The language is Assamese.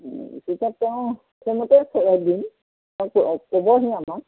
এতিয়া তেওঁ তেওঁৰ মতেই দিম ক'বহি আমাক